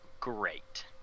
Great